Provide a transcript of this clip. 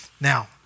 Now